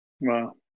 Wow